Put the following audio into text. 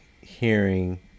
hearing